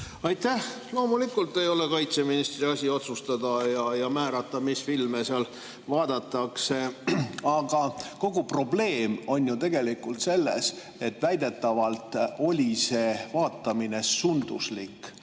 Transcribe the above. Aitäh! Loomulikult ei ole kaitseministri asi otsustada ja määrata, mis filme vaadatakse. Kogu probleem on ju tegelikult selles, et väidetavalt oli see vaatamine sunduslik.